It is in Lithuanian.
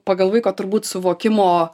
pagal vaiko turbūt suvokimo